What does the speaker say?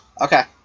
Okay